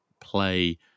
play